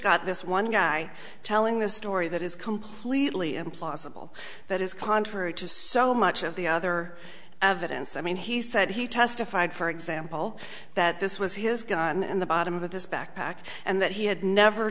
got this one guy telling the story that is completely implausible that is contrary to so much of the other evidence i mean he said he testified for example that this was his gun in the bottom of this backpack and that he had never